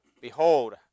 Behold